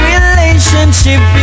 relationship